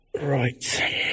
Right